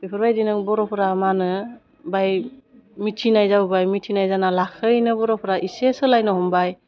बेफोरबायदिनो बर'फ्रा मा होनो बाय मिथिनायदावबाय मिथिनाय जाना लासैनो बर'फोरा एसे सोलायनो हमबाय